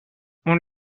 اون